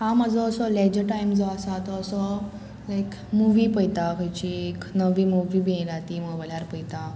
हांव म्हजो असो लेजर टायम जो आसा तो असो लायक मुवी पयता खंयची एक नवी मुवी बी येयना ती मोबायलार पयता